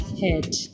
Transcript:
head